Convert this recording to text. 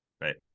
Right